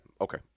okay